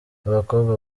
abakobwa